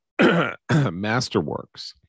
Masterworks